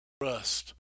trust